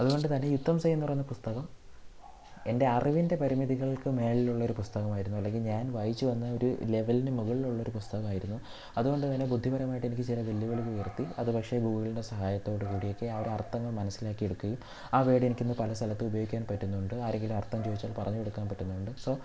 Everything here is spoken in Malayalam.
അതുകൊണ്ട് തന്നെ യുദ്ധം സെയ് എന്ന് പറയുന്ന പുസ്തകം എൻ്റെ അറിവിൻ്റെ പരിമിതികൾക്ക് മേലിലുള്ള ഒരു പുസ്തകം ആയിരുന്നു അല്ലെങ്കിൽ ഞാൻ വായിച്ചു വന്ന ഒരു ലെവലിന് മുകളിലുള്ള ഒരു പുസ്തകം ആയിരുന്നു അതുകൊണ്ട് തന്നെ ബുദ്ധിപരമായിട്ട് എനിക്ക് ചില വെല്ലുവിളികൾ നേരിട്ടു അത് പക്ഷേ ഗൂഗിളിൻ്റെ സഹായത്തോടു കൂടിയിട്ട് അതിൻ്റെ അർത്ഥങ്ങൾ മനസ്സിലാക്കി എടുക്കുകയും ആ വേർഡ് എനിക്കിന്ന് പല സ്ഥലത്ത് ഉപയോഗിക്കാൻ പറ്റുന്നുണ്ട് ആരെങ്കിലും അർത്ഥം ചോദിച്ചാൽ പറഞ്ഞു കൊടുക്കാൻ പറ്റുന്നുണ്ട് സോ